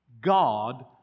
God